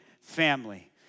family